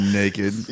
naked